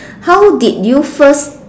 how did you first